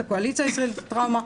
הקואליציה הישראלית לטראומה,